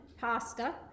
pasta